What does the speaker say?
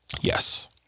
Yes